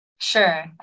Sure